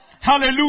Hallelujah